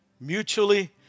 Mutually